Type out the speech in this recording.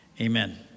amen